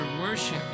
worship